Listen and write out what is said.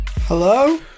Hello